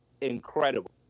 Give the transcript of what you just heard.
Incredible